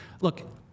look